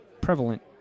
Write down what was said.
prevalent